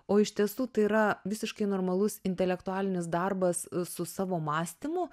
o iš tiesų tai yra visiškai normalus intelektualinis darbas su savo mąstymu